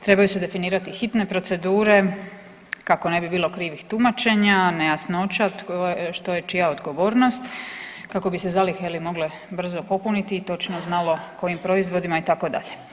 Trebaju se definirati hitne procedure kako ne bi bilo krivih tumačenja, nejasnoća što je čija odgovornost, kako bi se zalihe mogle brzo popuniti i točno znalo kojim proizvodima itd.